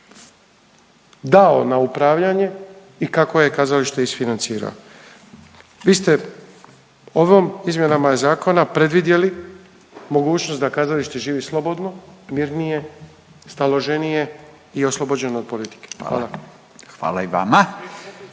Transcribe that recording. dao na upravljanje i kako je kazalište isfinancirao. Vi ste ovim izmjenama zakona predvidjeli mogućnost da kazalište živi slobodno, mirnije, staloženije i oslobođeno od politike. Hvala. **Radin,